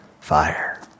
fire